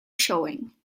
showing